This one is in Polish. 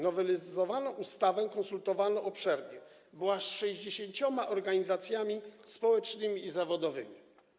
Nowelizowaną ustawę konsultowano obszernie, bo aż z 60 organizacjami społecznymi i zawodowymi.